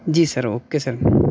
جی sir okay سر